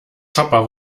chopper